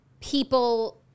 people